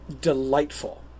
delightful